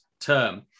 term